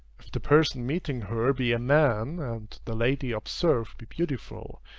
if the person meeting her be a man, and the lady observed be beautiful,